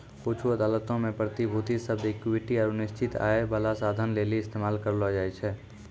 कुछु अदालतो मे प्रतिभूति शब्द इक्विटी आरु निश्चित आय बाला साधन लेली इस्तेमाल करलो जाय छै